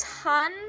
ton